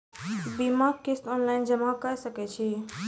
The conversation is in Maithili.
बीमाक किस्त ऑनलाइन जमा कॅ सकै छी?